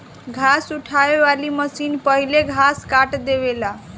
घास उठावे वाली मशीन पहिले घास काट देवेला